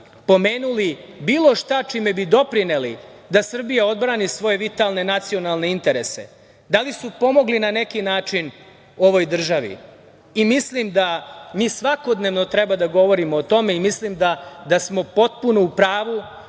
pomenuli bilo šta čime bi doprineli da Srbija odbrani svoje vitalne nacionalne interese? Da li su pomogli na neki način ovoj državi? Mislim da mi svakodnevno treba da govorimo o tome i mislim da smo potpuno u pravu